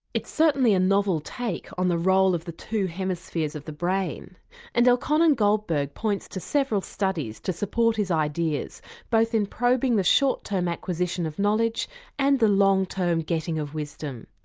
it's certainly a novel take on the role of the two hemispheres of the brain and elkhonon goldberg points to several studies to support his ideas both in probing the short term acquisition of knowledge and the long term getting of wisdom.